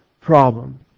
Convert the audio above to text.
problem